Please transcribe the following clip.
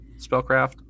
spellcraft